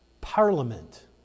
parliament